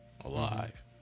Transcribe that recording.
alive